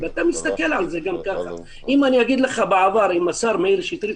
אם אני אגיד לך בעבר השר מאיר שטרית,